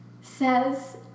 says